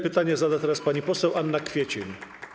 Pytanie zada teraz pani poseł Anna Kwiecień.